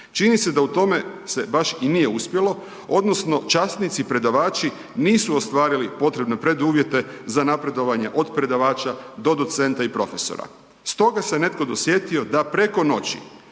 Čini se da u tome se baš i nije uspjelo odnosno časnici predavači nisu ostvari potrebne preduvjete za napredovanje od predavača do docenta i profesora. Stoga se netko dosjetio da preko noći